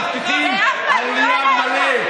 ואנחנו מבטיחים על נייר מלא,